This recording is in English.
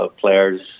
players